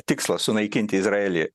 tikslą sunaikinti izraelį